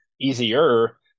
easier